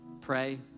Pray